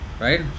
Right